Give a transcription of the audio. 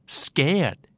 scared